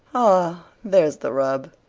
ah, there's the rub,